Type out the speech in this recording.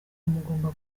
mugomba